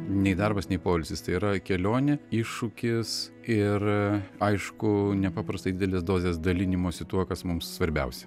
nei darbas nei poilsis tai yra kelionė iššūkis ir aišku nepaprastai didelės dozės dalinimosi tuo kas mums svarbiausia